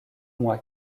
moi